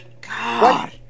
God